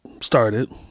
started